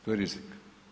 To je rizik.